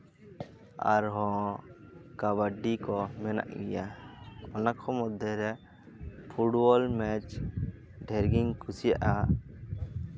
ᱟᱨᱦᱚᱸ ᱠᱟᱵᱟᱰᱤ ᱠᱚ ᱢᱮᱱᱟᱜ ᱜᱮᱭᱟ ᱚᱱᱟ ᱠᱚ ᱢᱚᱫᱽᱫᱷᱮ ᱨᱮ ᱯᱷᱩᱴᱵᱚᱞ ᱢᱮᱪ ᱰᱷᱮᱨᱜᱤᱧ ᱠᱩᱥᱤᱭᱟᱜᱼᱟ